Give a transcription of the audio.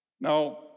Now